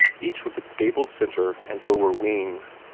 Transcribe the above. each with its gabled centre and lower wings,